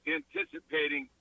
anticipating